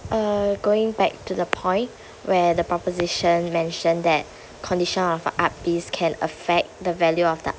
uh going back to the point where the proposition mentioned that condition of a art piece can affect the value of the